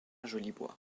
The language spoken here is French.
jolibois